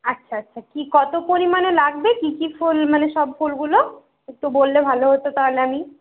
আচ্ছা আচ্ছা কি কত পরিমাণে লাগবে কি কি ফুল মানে সব ফুলগুলো একটু বললে ভালো হতো তাহলে আমি